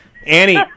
Annie